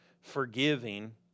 forgiving